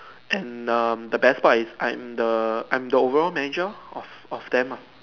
and um the best part is I am the I am the overall manager or of them ah